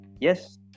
yes